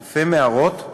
אלפי מערות,